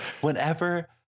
whenever